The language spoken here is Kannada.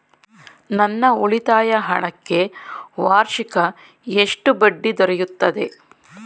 ನನ್ನ ಉಳಿತಾಯ ಹಣಕ್ಕೆ ವಾರ್ಷಿಕ ಎಷ್ಟು ಬಡ್ಡಿ ದೊರೆಯುತ್ತದೆ?